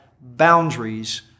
boundaries